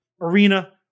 arena